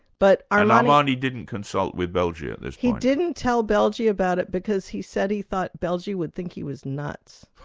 but armani didn't consult with belge at this point? he didn't tell belge about it because he said he thought belge would think he was nuts.